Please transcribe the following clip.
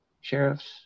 Sheriffs